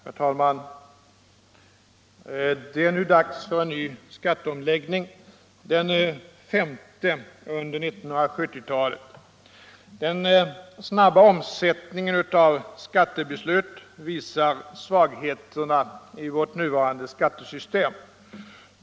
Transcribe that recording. Herr talman! Det är nu dags för en ny skatteomläggning, den femte under 1970-talet. Den snabba omsättningen av skattebeslut visar svagheterna i vårt nuvarande skattesystem.